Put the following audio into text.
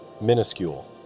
minuscule